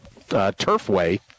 Turfway